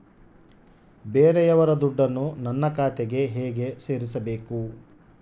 ಬೇರೆಯವರ ದುಡ್ಡನ್ನು ನನ್ನ ಖಾತೆಗೆ ಹೇಗೆ ಸೇರಿಸಬೇಕು?